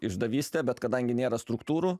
išdavystė bet kadangi nėra struktūrų